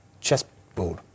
chessboard